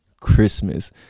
christmas